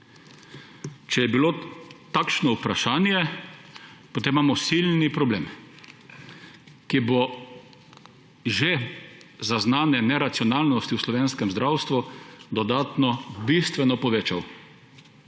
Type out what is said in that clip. Če je bilo takšno vprašanje, potem imamo silni problem, ki bo že zaznane neracionalnosti v slovenskem zdravstvu dodatno bistveno povečal,